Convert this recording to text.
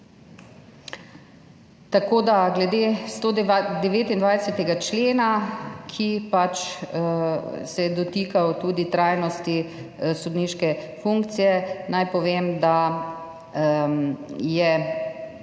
postopke. Glede 129. člena, ki se je dotikal tudi trajnosti sodniške funkcije, naj povem, da je